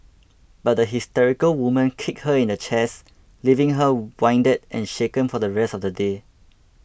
but the hysterical woman kicked her in the chest leaving her winded and shaken for the rest of the day